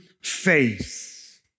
faith